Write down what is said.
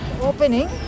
opening